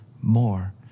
more